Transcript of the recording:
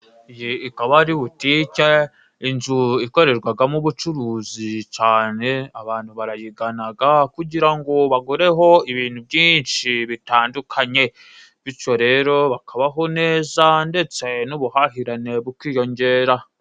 Iyi ikaba ari butike, inzu ikorerwagamo ubucuruzi cane abantu barayiganaga kugira ngo bagureho ibintu byinshi bitandukanye , bityo rero bakabaho neza ndetse n'ubuhahirane bukiyongera.